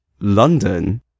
London